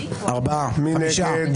מי נגד?